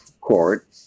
court